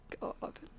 God